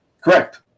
Correct